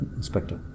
Inspector